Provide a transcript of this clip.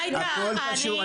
הכול קשור.